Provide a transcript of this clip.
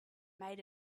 made